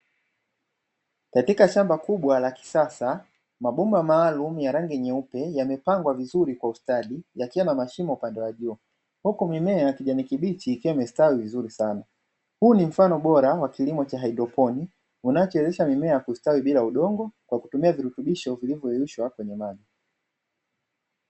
Katika shamba kubwa la kisasa, mabomba maalumu ya rangi nyeupe yamepangwa vizuri kwa ustadi yakiwa na mashimo upande wa juu, huku mimea ya kijani kibichi ikiwa imestawi saanaa. Huu n mfano bora wa kilimo cha haydroponi, unao chelewesha mimea kustawi bila udogo kwa kutumia virutubisho vilivyo yeyushwa kwenye maji.